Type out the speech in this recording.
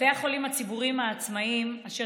לבתי החולים הציבורים העצמאיים אשר